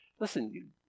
Listen